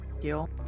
deal